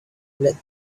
let